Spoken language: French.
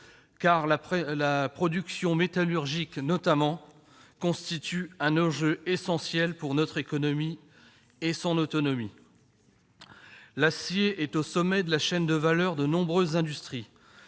car la production métallurgique, notamment, constitue un enjeu essentiel pour notre économie et son autonomie. L'acier se trouve au sommet de la chaîne de valeur de nombreuses industries.